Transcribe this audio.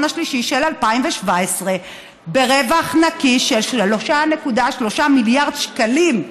השלישי של 2017 ברווח נקי של 3.3 מיליארד שקלים.